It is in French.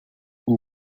une